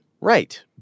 Right